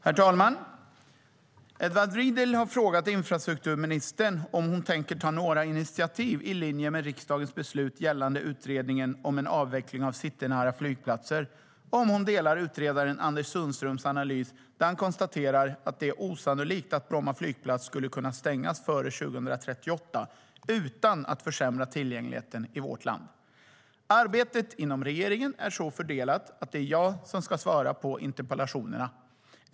Herr talman! Edward Riedl har frågat infrastrukturministern om hon tänker ta några initiativ i linje med riksdagens beslut gällande utredningen om en avveckling av citynära flygplatser och om hon delar utredaren Anders Sundströms analys, där han konstaterar att det är osannolikt att Bromma flygplats skulle kunna stängas före 2038 utan att försämra tillgängligheten i vårt land. Arbetet inom regeringen är så fördelat att det är jag som ska svara på interpellationerna.